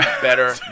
better